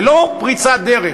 זה לא פריצת דרך.